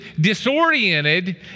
disoriented